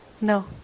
No